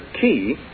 key